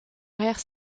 arrière